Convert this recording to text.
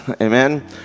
amen